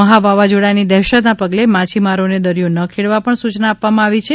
મહા વાવાઝોડાની દહેશતના પગલે માછીમારોને દરિથો ન ખેડવા સૂચના આપવામાં આવી છે